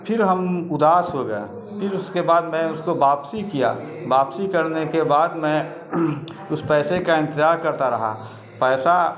پھر ہم اداس ہو گئے پھر اس کے بعد میں اس کو واپسی کیا واپسی کرنے کے بعد میں اس پیسے کا انتظار کرتا رہا پیسہ